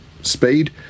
speed